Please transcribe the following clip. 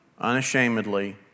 unashamedly